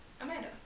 Amanda